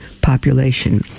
population